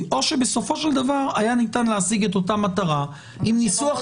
או שבסופו של דבר היה ניתן להשיג את אותה מטרה עם ניסוח